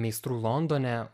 meistrų londone